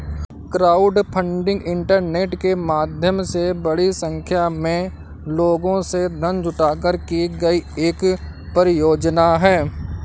crowdfunding internet के माध्यम से बड़ी संख्या में लोगों से धन जुटाकर की गई एक परियोजना है